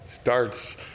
starts